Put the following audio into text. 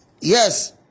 yes